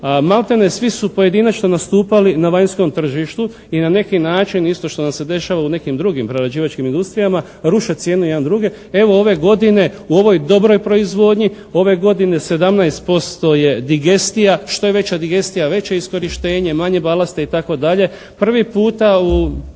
maltene svi su pojedinačno nastupali na vanjskom tržištu i na neki način isto što nam se dešava u nekim drugim prerađivačkim industrijama ruše cijene jedan druge. Evo ove godine u ovoj dobroj proizvodnji, ove godine 17% je digestija, što je veća digestija veće iskorištenje, manje balasta itd. Prvi puta u